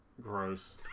Gross